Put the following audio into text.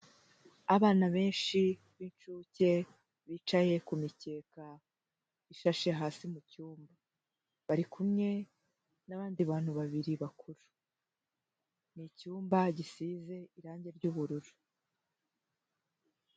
Abana benshi b'inshuke bicaye ku mikeke ishashe hasi mu cyumba, bari kumwe n'abandi bantu babiri bakuru, ni icyumba gisize irange ry'ubururu.